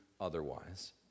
otherwise